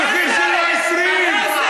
המחיר שלו 20. 10,